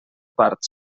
part